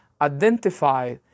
identify